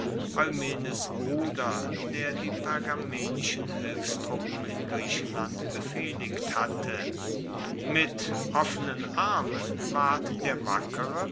eumenes bruder der die pergamenischen hilfstruppen in griechenland befehligt hatte mit offenen armen ward der wackere